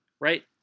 right